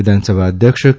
વિધાનસભા અધ્યક્ષ કે